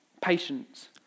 patience